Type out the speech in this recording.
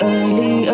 Early